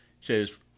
says